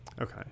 okay